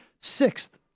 sixth